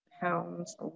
pounds